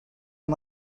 amb